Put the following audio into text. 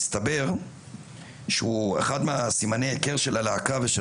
מסתבר שאחד מסימני ההיכר של הלהקה ושל